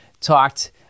talked